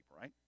right